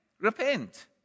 repent